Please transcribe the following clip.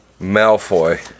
Malfoy